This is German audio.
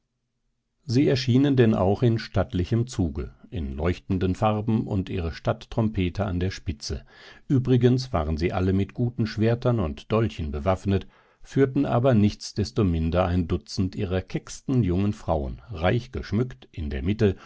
sie erschienen denn auch in stattlichem zuge in leuchtenden farben und ihre stadttrompeter an der spitze übrigens waren sie alle mit guten schwertern und dolchen bewaffnet führten aber nichtsdestominder ein dutzend ihrer kecksten jungen frauen reich geschmückt in der mitte